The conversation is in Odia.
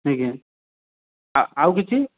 ଆଜ୍ଞା ଆ ଆଉ କିଛି